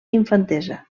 infantesa